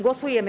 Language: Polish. Głosujemy.